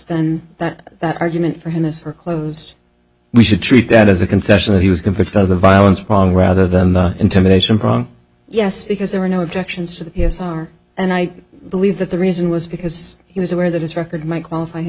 then that that argument for his her closed we should treat that as a concession that he was convicted of the violence of wrong rather than the intimidation prong yes because there were no objections to the and i believe that the reason was because he was aware that his record might qualify him